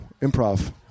improv